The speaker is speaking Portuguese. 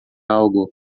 algo